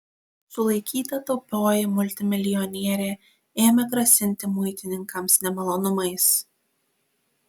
sulaikyta taupioji multimilijonierė ėmė grasinti muitininkams nemalonumais